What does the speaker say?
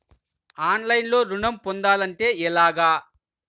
ఆన్లైన్లో ఋణం పొందాలంటే ఎలాగా?